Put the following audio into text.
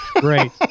Great